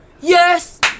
Yes